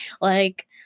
like-